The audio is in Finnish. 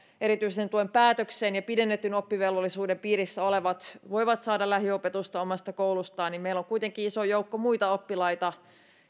erityisen tuen päätöksen ja pidennetyn oppivelvollisuuden piirissä olevat voivat saada lähiopetusta omasta koulustaan niin meillä on kuitenkin iso joukko muita oppilaita